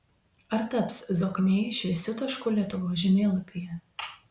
ar taps zokniai šviesiu tašku lietuvos žemėlapyje